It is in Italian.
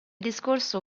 discorso